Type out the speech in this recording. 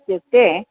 इत्युक्ते